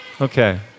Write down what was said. Okay